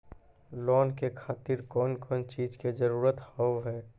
Loan के खातिर कौन कौन चीज के जरूरत हाव है?